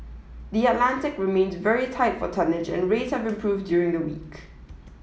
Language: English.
the Atlantic remains very tight for tonnage and rates have improved during the week